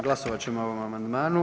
Glasovat ćemo o ovom amandmanu.